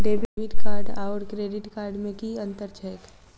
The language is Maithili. डेबिट कार्ड आओर क्रेडिट कार्ड मे की अन्तर छैक?